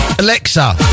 Alexa